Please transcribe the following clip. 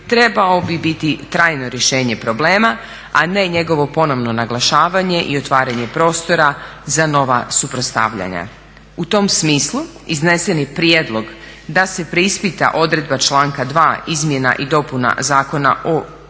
trebao bi biti trajno rješenje problema, a ne njegovo ponovno naglašavanje i otvaranje prostora za nova suprotstavljanja. U tom smislu, izneseni prijedlog da se preispita odredba članka 2. Izmjena i dopuna Zakona o područnoj